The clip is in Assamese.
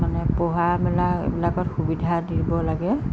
মানে পঢ়া মেলা এইবিলাকত সুবিধা দিব লাগে